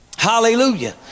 Hallelujah